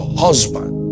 husband